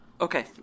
Okay